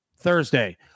Thursday